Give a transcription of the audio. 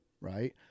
right